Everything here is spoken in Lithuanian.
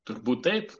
turbūt taip